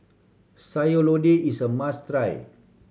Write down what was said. Sayur Lodeh is a must try